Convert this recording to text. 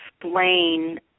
explain